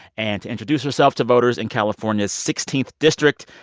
and to introduce herself to voters in california's sixteenth district,